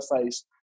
face